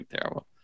terrible